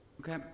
Okay